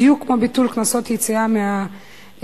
בדיוק כמו ביטול קנסות יציאה מהסלולר,